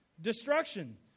Destruction